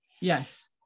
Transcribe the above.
Yes